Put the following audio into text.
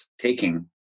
taking